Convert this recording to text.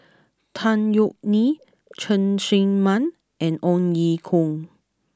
Tan Yeok Nee Cheng Tsang Man and Ong Ye Kung